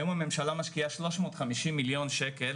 היום הממשלה משקיעה 350,000,000 שקל